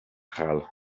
hal